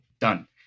Done